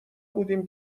بودیم